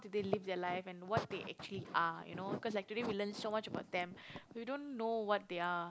they live their life and what they actually are you know cause like today we learn so much about them we don't know what they are